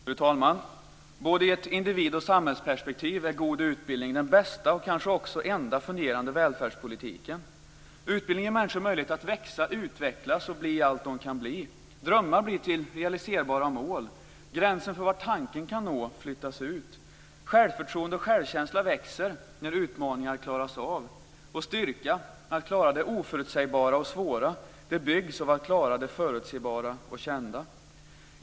Fru talman! Både ur individ och samhällsperspektiv är en god utbildning den bästa och kanske också enda fungerande välfärdspolitiken. Utbildning ger människor möjlighet att växa, utvecklas och bli allt de kan bli. Drömmar blir till realiserbara mål. Gränsen för var tanken kan nå flyttas ut. Självförtroende och självkänsla växer när utmaningar klaras av. Styrkan att klara det oförutsägbara och svåra byggs av att klara det förutsägbara och kända.